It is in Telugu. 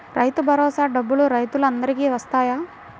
రైతు భరోసా డబ్బులు రైతులు అందరికి వస్తాయా?